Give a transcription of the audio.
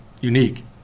unique